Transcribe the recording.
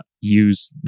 use